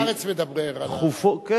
כל הארץ מדברת על, כן.